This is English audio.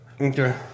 Okay